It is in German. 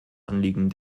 anliegen